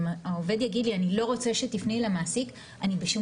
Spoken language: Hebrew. אם העובד יגיד לי: אני לא רוצה שתפני למעסיק אני בשום